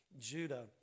Judah